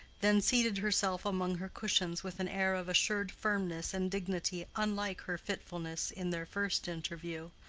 then seated herself among her cushions with an air of assured firmness and dignity unlike her fitfulness in their first interview,